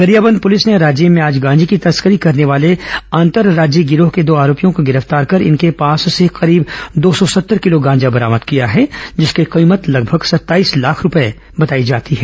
Gariaband police ने राजिम में आज गांजे की तस्करी करने वाले अंतरराज्यीय गिरोह के दो आरोपियों को गिरफ्तार कर इनके पास से करीब दो सौ सत्तर किलो गांजा बरामद किया है जिसकी कीमत लगभग सत्ताईस लाख रुपये बताई जाती है